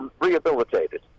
rehabilitated